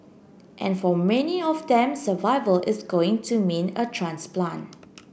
and for many of them survival is going to mean a transplant